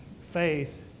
faith